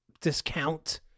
discount